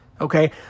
okay